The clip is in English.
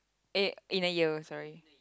eh in a year sorry